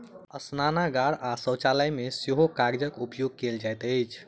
स्नानागार आ शौचालय मे सेहो कागजक उपयोग कयल जाइत अछि